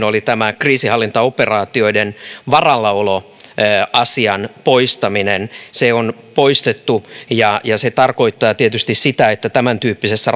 oli tämä kriisinhallintaoperaatioiden varallaoloasian poistaminen se on poistettu ja se tarkoittaa tietysti sitä että tämäntyyppisessä